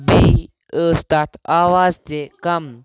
بیٚیہِ ٲس تَتھ آواز تہِ کَم